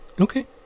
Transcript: okay